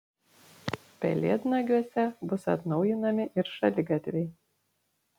pelėdnagiuose bus atnaujinami ir šaligatviai